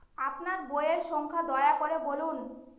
আপনার বইয়ের সংখ্যা দয়া করে বলুন?